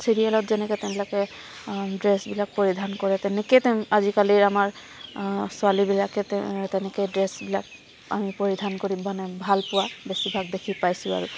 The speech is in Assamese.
চিৰিয়েলত যেনেকৈ তেওঁবিলাকে ড্ৰেছবিলাক পৰিধান কৰে তেনেকৈয়ে আজিকালি আমাৰ ছোৱালীবিলাকে তেনেকৈয়ে ড্ৰেছবিলাক আমি পৰিধান কৰি মানে ভাল পোৱা বেছিভাগ দেখি পাইছোঁ আৰু